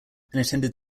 attended